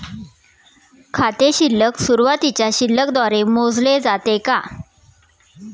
खाते शिल्लक सुरुवातीच्या शिल्लक द्वारे मोजले जाते का?